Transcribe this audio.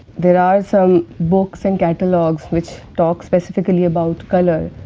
there are some books and catalogues which talk specifically about color,